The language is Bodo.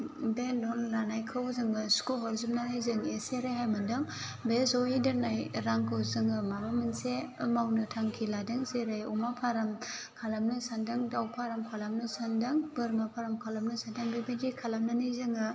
बे लन लानायखौ जोङो सुख' हरजोबनानै जों एसे रेहाय मोनदों बे जयै दोननाय रांखौ जोङो माबा मोनसे मावनो थांखि लादों जेरै अमा फार्म खालामनो सान्दों दाउ फार्म खालामनो सान्दों बोरमा फार्म खालामनो सानदों बेबायदि खालामनानै जोङो